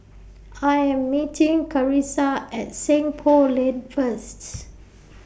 I Am meeting Carissa At Seng Poh Lane First